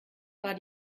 war